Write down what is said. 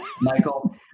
michael